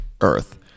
earth